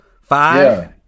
five